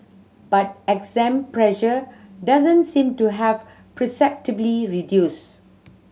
but exam pressure doesn't seem to have perceptibly reduced